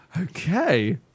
Okay